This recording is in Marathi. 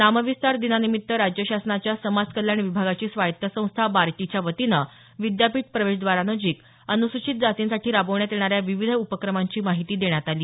नामविस्तार दिनानिमित्त राज्य शासनाच्या समाज कल्याण विभागाची स्वायत्त संस्था बार्टीच्या वतीनं विद्यापीठ प्रवेशद्वारा नजिक अनुसूचित जातींसाठी राबवण्यात येणाऱ्या विविध उपक्रमांची माहिती देण्यात आली